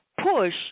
push